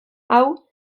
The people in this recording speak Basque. hau